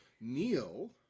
Neil